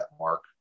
Mark